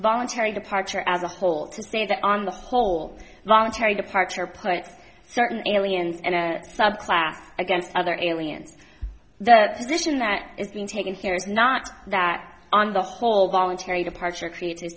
voluntary departure as a whole to say that on the whole voluntary departure puts certain aliens in a subclass against other aliens that position that is being taken here is not that on the whole voluntary departure create